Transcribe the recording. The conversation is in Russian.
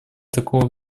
такого